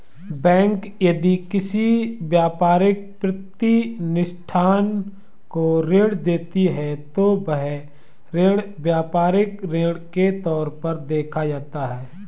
bank यदि किसी व्यापारिक प्रतिष्ठान को ऋण देती है तो वह ऋण व्यापारिक ऋण के तौर पर देखा जाता है